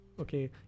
okay